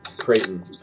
Creighton